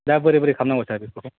दा बोरै बोरै खालामनांगौ सार बेखौ